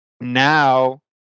now